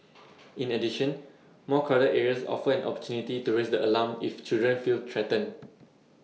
in addition more crowded areas offer an opportunity to raise the alarm if children feel threatened